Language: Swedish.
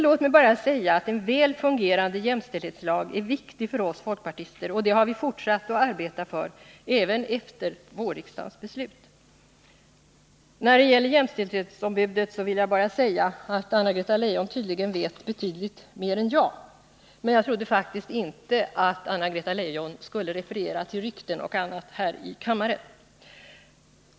Låt mig bara säga att en väl fungerande jämställdhetslag är viktig för oss folkpartister, och det har vi fortsatt att arbeta för även efter riksdagens beslut i våras. När det gäller jämställdhetsombudet vill jag bara säga att Anna-Greta Leijon tydligen vet betydligt mer än jag. Men jag trodde faktiskt inte att Anna-Greta Leijon skulle referera till rykten och annat här i kammaren.